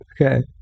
okay